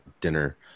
dinner